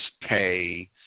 pay